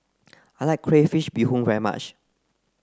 I like Crayfish Beehoon very much